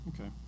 Okay